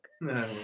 No